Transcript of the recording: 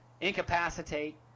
incapacitate